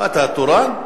מה אתה, תורן?